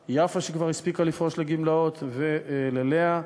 ליפה, שכבר הספיקה לפרוש לגמלאות, ללאה,